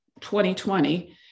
2020